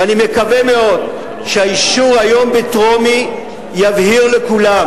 ואני מקווה מאוד שהאישור היום בטרומית יבהיר לכולם